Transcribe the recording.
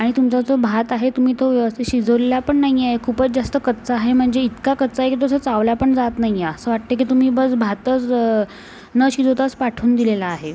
आणि तुमचा तो भात आहे तुम्ही तो व्यवस्थित शिजवलेलापण नाहीये खूपच जास्त कच्चा आहे म्हणजे इतका कच्चा आहे की तो जो चावलापण जात नाहीये असं वाटते की तुम्ही बस भातच न शिजवताच पाठवून दिलेला आहे